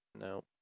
No